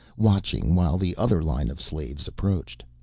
watching while the other line of slaves approached.